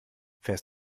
fährst